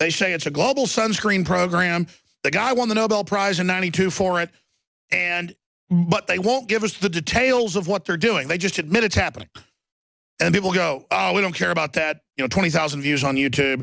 they say it's a global sunscreen program the guy won the nobel prize in ninety two for it and but they won't give us the details of what they're doing they just admit it's happening and people go oh we don't care about that you know twenty thousand views on you t